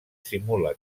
simula